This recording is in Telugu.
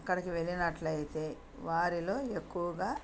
అక్కడికి వెళ్లినట్లయితే వారిలో ఎక్కువగా